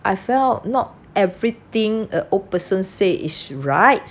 I felt not everything the old person say is right